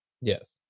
Yes